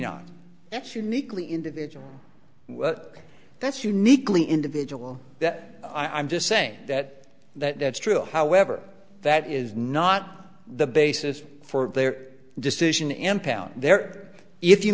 not that's uniquely individual that's uniquely individual that i'm just saying that that's true however that is not the basis for their decision impound there if you